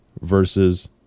versus